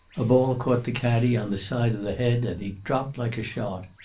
a ball caught the caddie on the side of the head and he dropped like a shot.